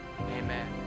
amen